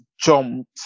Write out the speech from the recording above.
jumped